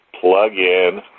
plug-in